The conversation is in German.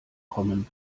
common